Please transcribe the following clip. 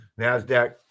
Nasdaq